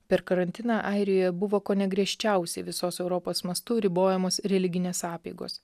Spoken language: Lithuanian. per karantiną airijoje buvo kone griežčiausiai visos europos mastu ribojamos religinės apeigos